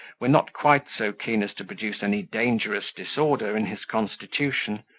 were not quite so keen as to produce any dangerous disorder in his constitution,